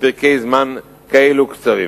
בפרקי זמן כאלו קצרים.